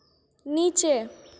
नीचे